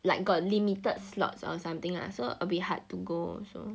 like got limited slots or something lah so a bit hard to go so